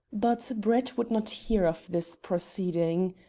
but brett would not hear of this proceeding.